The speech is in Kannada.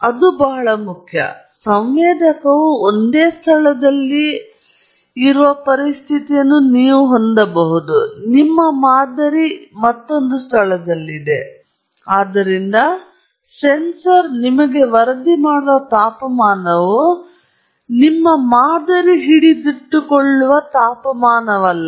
ಅದು ಬಹಳ ಮುಖ್ಯ ಸಂವೇದಕವು ಒಂದೇ ಸ್ಥಳದಲ್ಲಿ ಇರುವ ಪರಿಸ್ಥಿತಿಯನ್ನು ನೀವು ಹೊಂದಬಹುದು ನಿಮ್ಮ ಮಾದರಿ ಮತ್ತೊಂದು ಸ್ಥಳದಲ್ಲಿ ಇದೆ ಆದ್ದರಿಂದ ಸಂವೇದಕವು ನಿಮಗೆ ವರದಿ ಮಾಡುವ ತಾಪಮಾನವು ನಿಮ್ಮ ಮಾದರಿ ಕುಳಿತುಕೊಳ್ಳುವ ತಾಪಮಾನವಲ್ಲ